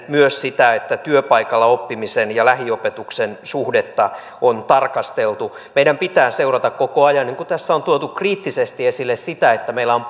myös sitä että työpaikalla oppimisen ja lähiopetuksen suhdetta on tarkasteltu meidän pitää seurata koko ajan niin kuin tässä on tuotu kriittisesti esille sitä että meillä on